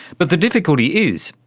but the difficulty is,